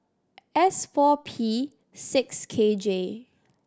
S four P six K J